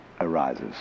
arises